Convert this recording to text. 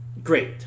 great